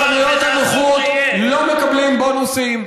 בחנויות הנוחות לא מקבלים בונוסים.